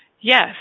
yes